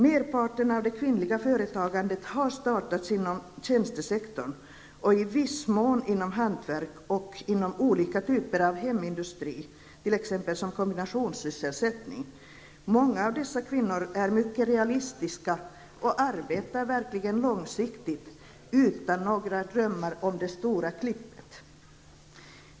Merparten av det kvinnliga företagandet har startats inom tjänstesektorn och i viss mån inom hantverk och olika typer av hemindustri, t.ex. som kombinationssysselsättning. Många av dessa kvinnor är mycket realistiska och arbetar verkligt långsiktigt utan några drömmar om det stora klippet.